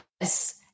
Yes